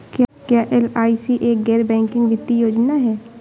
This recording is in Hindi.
क्या एल.आई.सी एक गैर बैंकिंग वित्तीय योजना है?